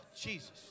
Jesus